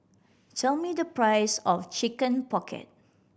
tell me the price of Chicken Pocket